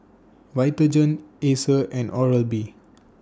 Vitagen Acer and Oral B